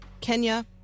Kenya